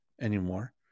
anymore